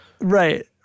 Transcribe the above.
Right